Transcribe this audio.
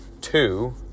two